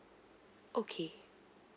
okay